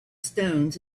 stones